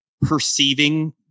perceiving